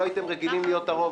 לא הייתם רגילים להיות הרוב,